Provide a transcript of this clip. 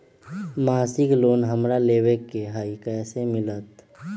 मासिक लोन हमरा लेवे के हई कैसे मिलत?